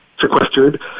sequestered